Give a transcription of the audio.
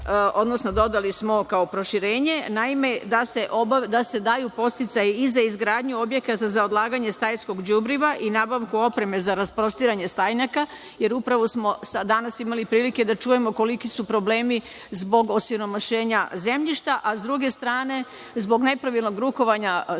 odnosno dodali smo kao proširenje, naime, da se daju podsticaji i za izgradnju objekata za odlaganje stajskog đubriva i nabavku opreme za rasprostiranje stajnjaka. Upravo danas smo imali prilike da čujemo koliki su problemi zbog osiromašenja zemljišta, a s druge strane zbog nepravilnog rukovanja stajnjakom